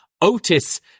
Otis